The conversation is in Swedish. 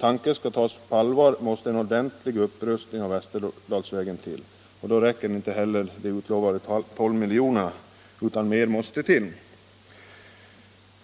tanken skall tas på allvar måste en ordentlig upprustning av Västerdalsvägen till — och då räcker inte heller de utlovade 12 miljonerna utan det behövs ännu mer.